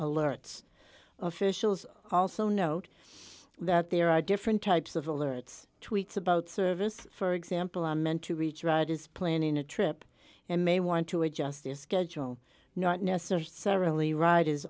alerts officials also note that there are different types of alerts tweets about service for example are meant to reach ride is planning a trip and may want to adjust their schedule not necessarily ride is